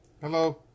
Hello